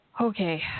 Okay